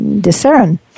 discern